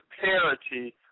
parity